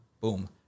Boom